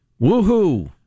Woohoo